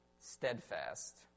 steadfast